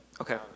Okay